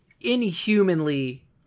inhumanly